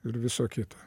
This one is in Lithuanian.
ir viso kito